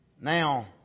Now